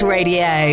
Radio